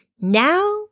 Now